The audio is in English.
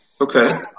Okay